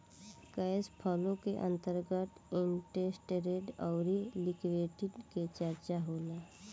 cash flow के अंतर्गत interest rate अउरी लिक्विडिटी के चरचा होला